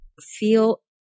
feel